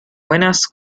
buenas